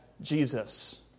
Jesus